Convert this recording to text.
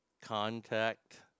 Contact